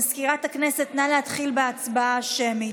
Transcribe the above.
מזכירת הכנסת, נא להתחיל בהצבעה השמית.